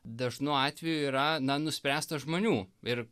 dažnu atveju yra na nuspręstos žmonių ir